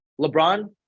LeBron